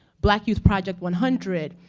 black youth project one hundred,